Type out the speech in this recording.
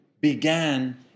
began